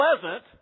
pleasant